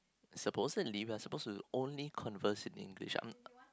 supposedly we are suppose to only converse in English i'm